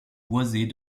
boisées